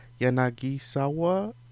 Yanagisawa